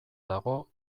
dago